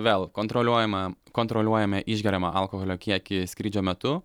vėl kontroliuojama kontroliuojame išgeriamą alkoholio kiekį skrydžio metu